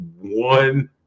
one